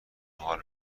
حال